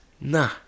Nah